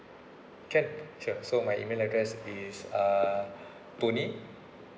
can sure so my email address is uh tony